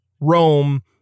Rome